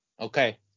Okay